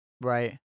Right